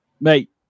Mate